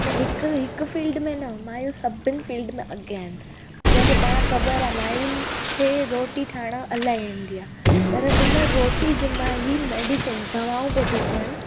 अने हिकु हिकु फील्ड में न मायूं सभिनी फील्ड में अॻियां आहिनि जीअं की पाण खे ख़बर आहे मायुनि खे रोटी ठाहिण इलाही ईंदी आहे पर हुन रोटी ज मां ई मेडिसिन्स दवाऊं पिए थी थियनि